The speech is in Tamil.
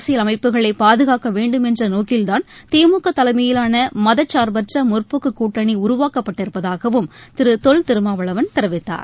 அரசியல் அமைப்புகளை பாதுகாக்க வேண்டும் என்ற நோக்கில்தான் திமுக தலைமையிலான மதச்சார்பற்ற முற்போக்கு கூட்டணி உருவாக்கப்பட்டிருப்பதாகவும் திரு தொல் திருமாவளவன் தெரிவித்தார்